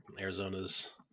Arizona's